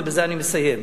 ובזה אני מסיים,